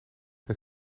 het